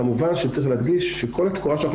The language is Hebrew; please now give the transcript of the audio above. כמובן שצריך להדגיש שכל תקורה שאנחנו